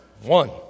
One